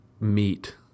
meet